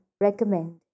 recommend